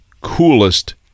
coolest